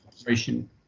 operation